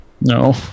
No